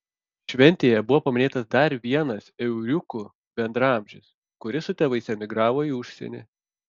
šventėje buvo paminėtas dar vienas euriukų bendraamžis kuris su tėvais emigravo į užsienį